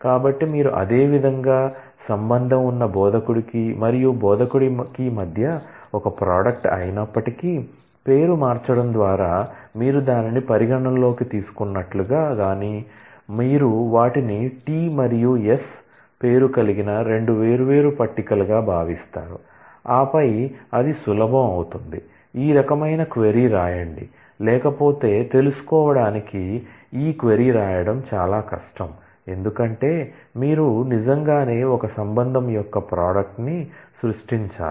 కాబట్టి మీరు అదే విధంగా రిలేషన్ ఉన్న బోధకుడికి మరియు బోధకుడికి మధ్య ఒక ప్రోడక్ట్ అయినప్పటికీ పేరు మార్చడం ద్వారా మీరు దానిని పరిగణలోకి తీసుకున్నట్లు గా కానీ మీరు వాటిని T మరియు S పేరు కలిగిన 2 వేర్వేరు పట్టికలుగా భావిస్తారు ఆపై అది సులభం అవుతుంది ఈ రకమైన క్వరీ రాయండి లేకపోతే తెలుసుకోవడానికి ఈ క్వరీ రాయడం చాలా కష్టం ఎందుకంటే మీరు నిజంగానే ఒక రిలేషన్ యొక్క ప్రోడక్ట్ ని సృష్టించాలి